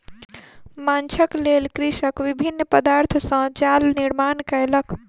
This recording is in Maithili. माँछक लेल कृषक विभिन्न पदार्थ सॅ जाल निर्माण कयलक